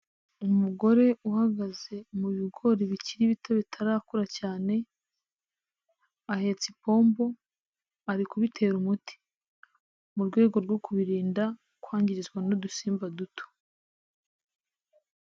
Umugore uhagaze mu bigori bikiri bito bitarakura cyane, ahetse ipombu, ari kubitera umuti, mu rwego rwo kubirinda kwangirizwa n'udusimba duto.